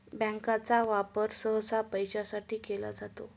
बँकांचा वापर सहसा पैशासाठी केला जातो